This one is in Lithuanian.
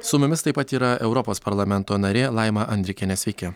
su mumis taip pat yra europos parlamento narė laima andrikienė sveiki